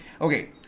okay